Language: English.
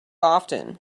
often